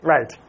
Right